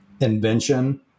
invention